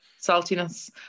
saltiness